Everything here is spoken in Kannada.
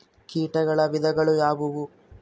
ಕೇಟಗಳ ವಿಧಗಳು ಯಾವುವು?